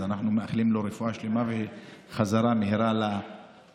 אז אנחנו מאחלים לו רפואה שלמה וחזרה מהירה לוועדה.